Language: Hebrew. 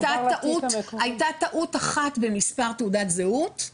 הייתה טעות אחת במספר תעודת זהות,